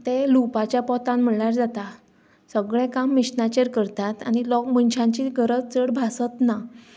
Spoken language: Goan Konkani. तें लुंवपाच्या पोतान म्हणल्यार जाता सगळें काम मिशिनाचेर करतात आनी मनशांचीं गरज चड भासच ना